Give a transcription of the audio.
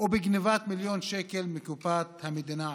ובגנבת מיליון שקל מקופת המדינה עבורו.